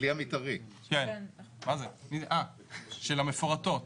זה של המפורטות.